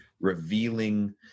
revealing